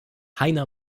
heiner